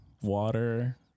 water